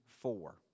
four